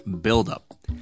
buildup